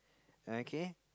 okay